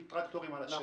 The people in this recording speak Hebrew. עם טרקטורים על השטח.